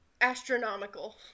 Astronomical